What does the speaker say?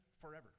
forever